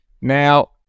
Now